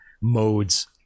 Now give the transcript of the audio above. modes